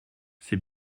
c’est